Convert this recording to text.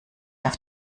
auf